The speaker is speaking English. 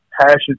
passion